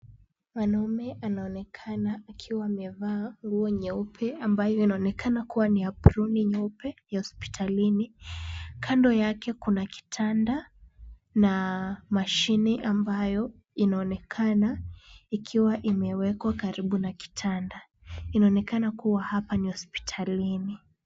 Mwanamume anaonekana akiwa amevaa nguo nyeupe ambayo inaonekana kuwa ni aproni nyeupe ya hospitalini. Kando yake kuna kitanda na mashini ambayo inaonekana ikiwa imewekwa karibu na kitanda. Inaonekana kuwa hapa ni hospitalini .